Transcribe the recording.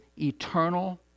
eternal